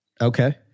Okay